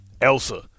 Elsa